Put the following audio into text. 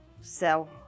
sell